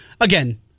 Again